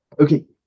okay